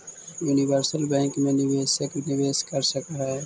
universal bank मैं निवेशक निवेश कर सकऽ हइ